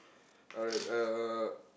alright uh